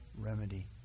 remedy